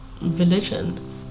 religion